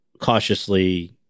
cautiously